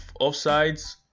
offsides